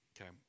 Okay